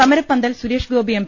സമരപ്പന്തൽ Suresh Gopi M